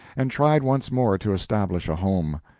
and tried once more to establish a home.